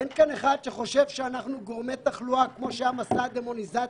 אין כאן אחד שחושב שאנחנו גורמי תחלואה כמו שהיה מסע דמוניזציה